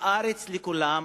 בארץ לכולם,